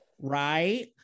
right